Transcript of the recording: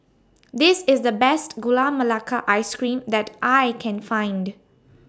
This IS The Best Gula Melaka Ice Cream that I Can Find